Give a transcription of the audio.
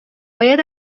باید